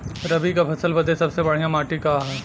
रबी क फसल बदे सबसे बढ़िया माटी का ह?